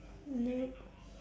nope